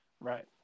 Right